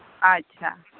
ᱟᱪᱪᱷᱟ